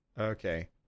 Okay